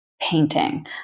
painting